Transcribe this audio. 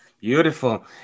Beautiful